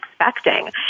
expecting